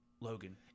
Logan